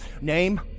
Name